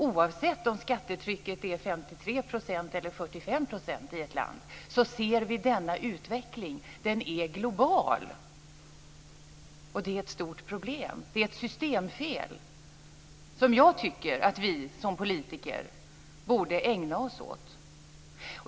Oavsett om skattetrycket är 53 % eller 45 % i ett land ser vi denna utveckling. Den är global. Det är ett stort problem, ett systemfel som jag tycker att vi som politiker borde ägna oss åt.